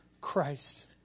Christ